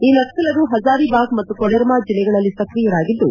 ಈ ನಕ್ಲರು ಪಜಾರಿಬಾಗ್ ಮತ್ತು ಕೊಡರ್ಮಾ ಜಿಲ್ಲೆಗಳಲ್ಲಿ ಸಕ್ರಿಯರಾಗಿದ್ದು